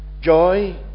Joy